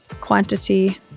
quantity